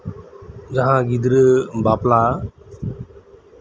ᱡᱟᱸᱦᱟᱭ ᱜᱤᱫᱽᱨᱟᱹ ᱵᱟᱯᱞᱟ